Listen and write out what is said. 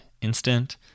instant